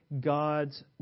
God's